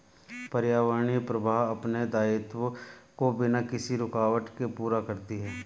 पर्यावरणीय प्रवाह अपने दायित्वों को बिना किसी रूकावट के पूरा करती है